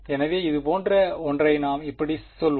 எனவே இதுபோன்ற ஒன்றைச் நாம் இப்படி சொல்வோம்